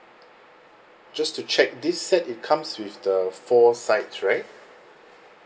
just to check this set it comes with the four sides right